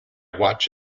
watch